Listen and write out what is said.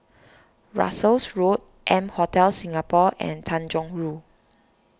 Russels Road M Hotel Singapore and Tanjong Rhu